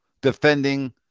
defending